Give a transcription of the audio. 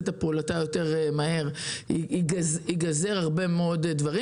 את פעולתה יותר מהר ייגזרו יותר דברים.